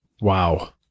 Wow